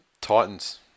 Titans